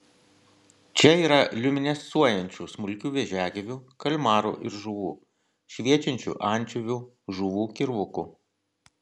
čia yra liuminescuojančių smulkių vėžiagyvių kalmarų ir žuvų šviečiančių ančiuvių žuvų kirvukų